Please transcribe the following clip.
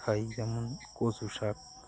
খাই যেমন কচু শাক